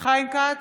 חיים כץ,